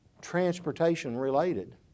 transportation-related